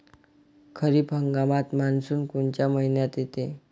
खरीप हंगामात मान्सून कोनच्या मइन्यात येते?